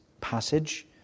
passage